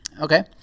Okay